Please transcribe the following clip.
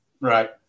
Right